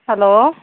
hello